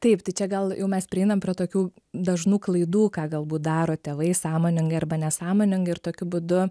taip tai čia gal jau mes prieinam prie tokių dažnų klaidų ką galbūt daro tėvai sąmoningai arba nesąmoningai ir tokiu būdu